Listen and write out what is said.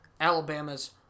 Alabama's